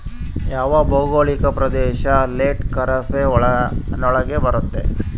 ಯಾವ ಭೌಗೋಳಿಕ ಪ್ರದೇಶ ಲೇಟ್ ಖಾರೇಫ್ ನೊಳಗ ಬರುತ್ತೆ?